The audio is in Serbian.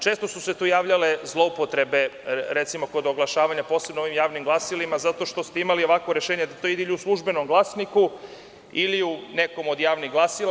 Često su se tu javljale zloupotrebe, recimo, kod oglašavanja posebno u ovim javnim glasilima zato što ste imali ovakvo rešenje da to ide i u „Službenom glasniku“ ili u nekom od javnih glasila.